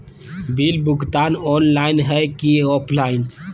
Bill भुगतान online है की ऑफलाइन?